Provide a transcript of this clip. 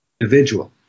individual